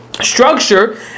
structure